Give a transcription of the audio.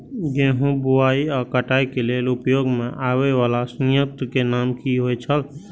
गेहूं बुआई आ काटय केय लेल उपयोग में आबेय वाला संयंत्र के नाम की होय छल?